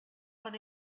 quan